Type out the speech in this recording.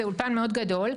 זה אולפן מאוד גדול,